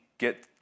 get